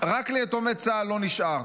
רק ליתומי צה"ל לא נשאר.